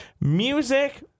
music